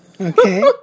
Okay